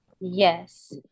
Yes